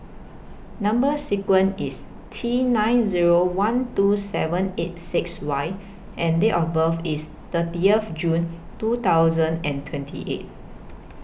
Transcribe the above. Number sequence IS T nine Zero one two seven eight six Y and Date of birth IS thirty of June two thousand and twenty eight